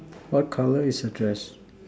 what colour is her dress